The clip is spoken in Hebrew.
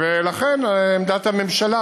ולכן עמדת הממשלה,